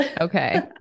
Okay